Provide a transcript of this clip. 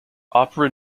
opera